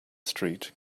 street